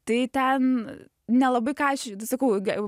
tai ten nelabai ką aš e sakau ge